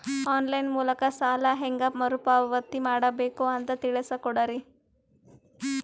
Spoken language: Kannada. ಆನ್ ಲೈನ್ ಮೂಲಕ ಸಾಲ ಹೇಂಗ ಮರುಪಾವತಿ ಮಾಡಬೇಕು ಅಂತ ತಿಳಿಸ ಕೊಡರಿ?